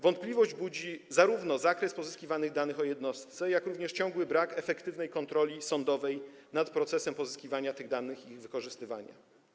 Wątpliwość budzi zarówno zakres pozyskiwanych danych o jednostce, jak również ciągły brak efektywnej kontroli sądowej nad procesem pozyskiwania tych danych i ich wykorzystywania.